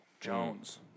Jones